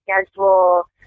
schedule